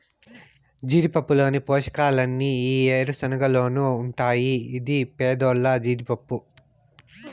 జీడిపప్పులోని పోషకాలన్నీ ఈ ఏరుశనగలోనూ ఉంటాయి ఇది పేదోల్ల జీడిపప్పు